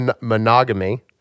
monogamy